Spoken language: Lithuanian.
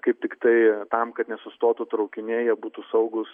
kaip tiktai tam kad nesustotų traukiniai jie būtų saugūs